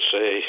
say